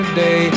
day